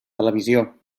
televisió